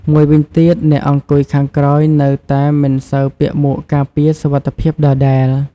មួយវិញទៀត អ្នកអង្គុយខាងក្រោយនៅតែមិនសូវពាក់មួកការពារសុវត្ថិភាពដដែល។